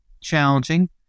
challenging